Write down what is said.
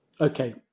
Okay